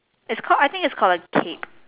it's called I think it's called a cape